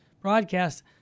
broadcast